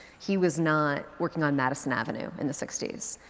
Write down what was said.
he was not working on madison avenue in the sixty s.